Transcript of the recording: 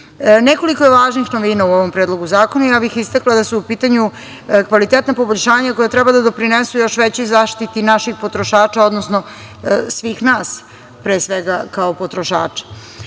je važnih novina u ovom predlogu zakona i ja bih istakla da su u pitanju kvalitetna poboljšanja koja treba da doprinesu još većoj zaštiti naših potrošača, odnosno svih nas, pre svega, kao potrošača.